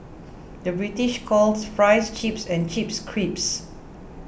the British calls Fries Chips and Chips Crisps